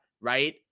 right